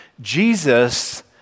Jesus